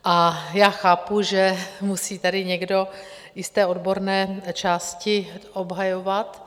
A já chápu, že musí tady někdo i z té odborné části obhajovat.